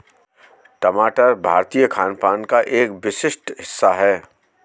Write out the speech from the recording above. टमाटर भारतीय खानपान का एक विशिष्ट हिस्सा है